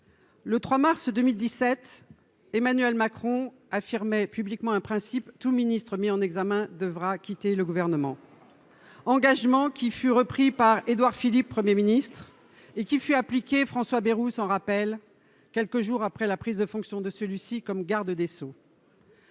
le 3 mars 2017 Emmanuel Macron affirmait publiquement un principe : tout ministre mis en examen devra quitter le gouvernement, engagement qui fut repris par Édouard Philippe Premier Ministre et qui fut appliquée : François Bayrou s'en rappelle, quelques jours après la prise de fonction de celui-ci comme garde des Sceaux.